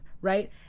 right